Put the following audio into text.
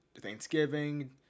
Thanksgiving